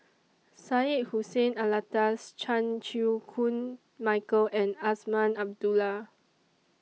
Syed Hussein Alatas Chan Chew Koon Michael and Azman Abdullah